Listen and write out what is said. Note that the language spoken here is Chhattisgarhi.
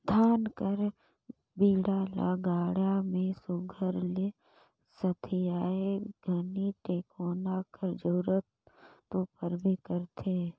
धान कर बीड़ा ल गाड़ा मे सुग्घर ले सथियाए घनी टेकोना कर जरूरत दो परबे करथे